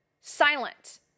Silent